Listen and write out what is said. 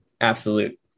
absolute